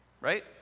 right